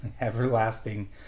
everlasting